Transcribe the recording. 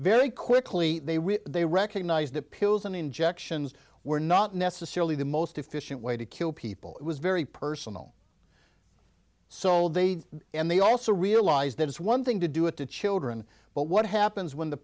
very quickly they recognized that pills and injections were not necessarily the most efficient way to kill people it was very personal so they and they also realize that it's one thing to do it to children but what happens when the